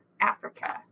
Africa